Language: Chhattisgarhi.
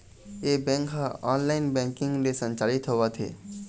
ए बेंक ह ऑनलाईन बैंकिंग ले संचालित होवत हे